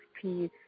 peace